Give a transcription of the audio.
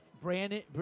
Brandon